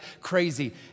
crazy